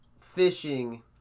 fishing